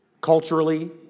culturally